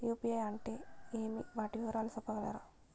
UPI అంటే ఏమి? వాటి వివరాలు సెప్పగలరా?